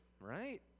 right